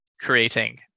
creating